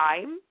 time